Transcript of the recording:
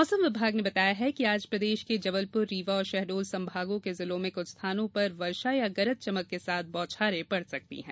मौसम विभाग ने बताया कि आज प्रदेश के जबलपुर रीवा और शहडोल संभागों के जिलों में कुछ स्थानों पर वर्षा या गरज चमक के साथ बौछारें पड़ सकती है